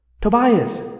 Tobias